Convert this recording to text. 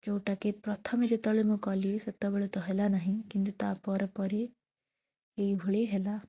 ଯୋଉଟାକି ପ୍ରଥମେ ଯେତେବେଳେ ମୁଁ କଲି ସେତେବେଳେ ତ ହେଲାନାହିଁ କିନ୍ତୁ ତା'ପରେ ପରେ ଏଇଭଳି ହେଲା